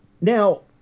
Now